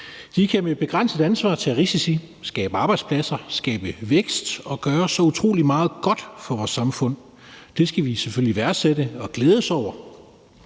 kan med begrænset ansvar tage risici, skabe arbejdspladser, skabe vækst og gøre så utrolig meget godt for vores samfund. Det skal vi selvfølgelig værdsætte og glædes over.